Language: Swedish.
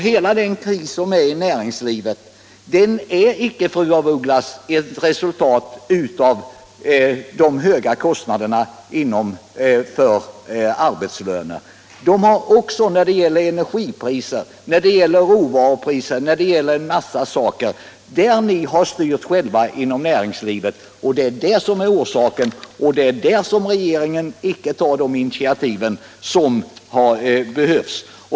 Denna kris inom näringslivet är inte ett resultat av de höga kostnaderna för arbetslöner. Den har också samband med energipriserna, råvarupriserna och en massa sådant, där ni har styrt själva inom näringslivet. Det är detta som är orsaken, och det är där som regeringen inte tar de initiativ som behövs.